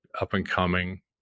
up-and-coming